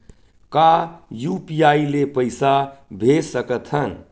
का यू.पी.आई ले पईसा भेज सकत हन?